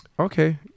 Okay